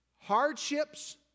Hardships